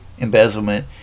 embezzlement